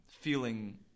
feeling